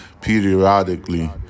periodically